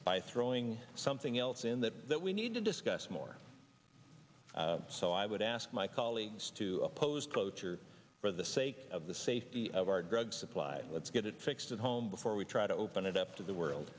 by throwing something else in that that we need to discuss more so i would ask my colleagues to oppose cloture for the sake of the safety of our drug supply let's get it fixed at home before we try to open it up to the world